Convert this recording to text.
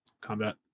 combat